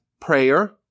prayer